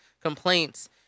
complaints